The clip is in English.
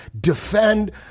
defend